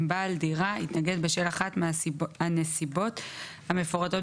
אם בעל דירה התנגד בשל אחת הנסיבות המפורטות